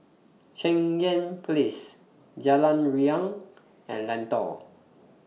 Cheng Yan Place Jalan Riang and Lentor